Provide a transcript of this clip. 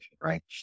right